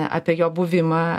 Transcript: apie jo buvimą